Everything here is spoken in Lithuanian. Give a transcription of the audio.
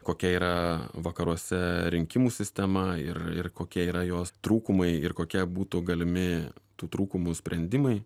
kokia yra vakaruose rinkimų sistema ir ir kokie yra jos trūkumai ir kokie būtų galimi tų trūkumų sprendimai